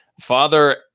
father